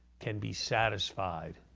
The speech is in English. can be satisfied